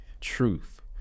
truth